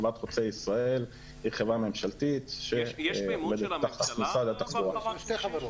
חברת חוצה ישראל היא חברה ממשלתית שתחת משרד התחבורה.